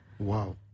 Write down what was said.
Wow